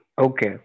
Okay